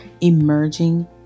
emerging